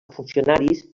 funcionaris